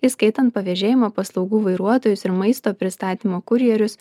įskaitant pavėžėjimo paslaugų vairuotojus ir maisto pristatymo kurjerius